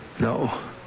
No